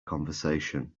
conversation